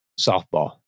softball